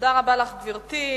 תודה רבה לך, גברתי.